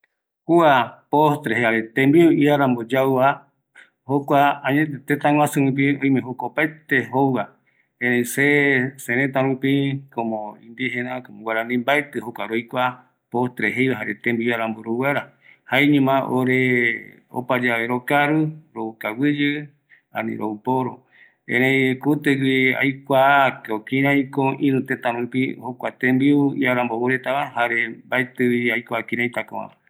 Kua tembiu iarambo yauva, postre, mbaetï ore rou jokuanunga, yaesa rämi tetaguasu rupi jouretava, ore opa yave rokaru rou kaguiyɨ, rou poro, jaendipo jokua oipota jei, kuti aikua kiraiko ïruü tëtäreta oyepokua jouva